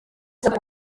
ubusa